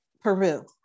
Peru